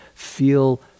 feel